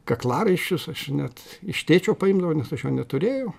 kaklaraiščius aš net iš tėčio paimdavau nes aš jo neturėjau